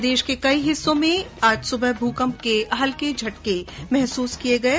प्रदेश के कई हिस्सों में आज सुबह भूकंप के हल्के झटके महसूस किये गये